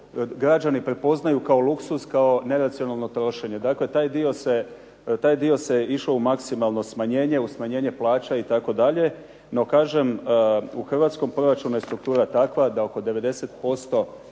građani prepoznaju kao luksuz kao neracionalno trošenje. Dakle, taj dio se išao u maksimalno smanjenje, u smanjenje plaća itd. No kažem, u hrvatskom proračunu je struktura takva da oko 90%